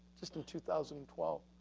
just in two thousand and twelve.